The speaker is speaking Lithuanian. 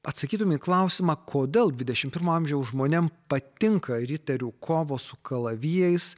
atsakytum į klausimą kodėl dvidešimt pirmo amžiaus žmonėm patinka riterių kovos su kalavijais